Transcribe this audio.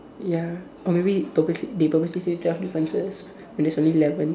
ya or maybe purposely they purposely say twelve differences when there's only eleven